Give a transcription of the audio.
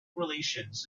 relations